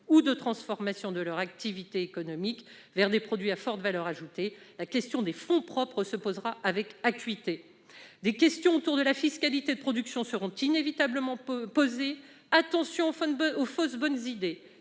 ou de réorientation de leur activité économique vers la production de biens à forte valeur ajoutée ? La question des fonds propres se posera avec acuité. La question de la fiscalité de production sera inévitablement posée. Attention aux fausses bonnes idées